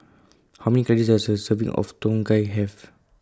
How Many Calories Does A Serving of Tom Kha Gai Have